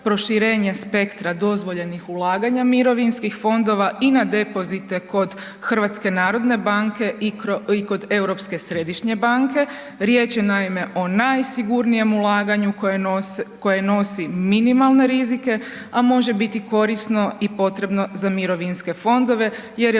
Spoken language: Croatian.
proširenje spektra dozvoljenih ulaganja mirovinskih fondova i na depozite kod HNB-a i kod Europske središnje banke. Riječ je naime i o najsigurnijem ulaganju koje nosi minimalne rizike, a može biti korisno i potrebno za mirovinske fondove jer je